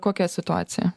kokia situacija